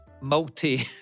multi